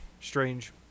strange